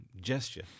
gesture